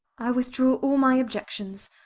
i withdraw all my objections.